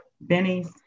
Benny's